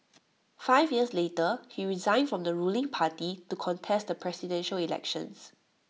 five years later he resigned from the ruling party to contest the Presidential Elections